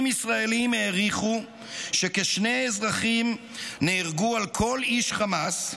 ישראלים העריכו שכשני אזרחים נהרגו על כל איש חמאס,